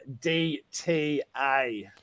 DTA